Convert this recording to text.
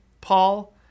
Paul